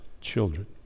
children